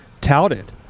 touted